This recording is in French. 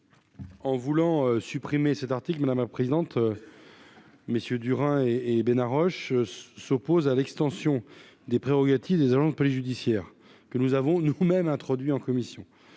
En voulant supprimer cet article Madame présidente messieurs du hein et hé ben à Roche s'oppose à l'extension des prérogatives des agents de police judiciaire, que nous avons nous-même introduit en commission,